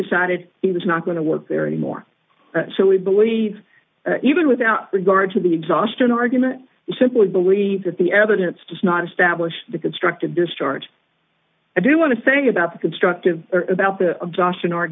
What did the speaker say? decided he was not going to work there anymore so we believe even without regard to the exhausted argument simply believe that the evidence does not establish the constructive discharge i do want to say about the constructive about the boston or